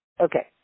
Okay